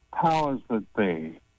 powers-that-be